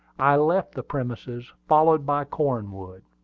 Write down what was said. i left the premises, followed by cornwood.